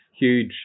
huge